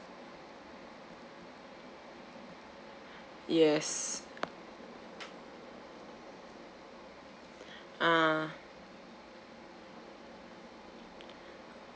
yes ah